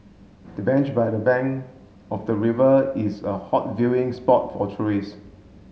the bench by the bank of the river is a hot viewing spot for tourist